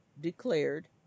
declared